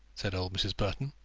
said old mrs. burton.